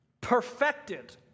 perfected